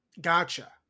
gotcha